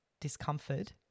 discomfort